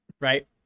right